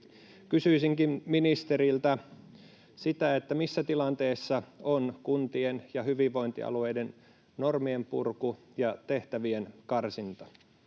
Kysyisinkin ministeriltä: missä tilanteessa on kuntien ja hyvinvointialueiden normien purku ja tehtävien karsinta?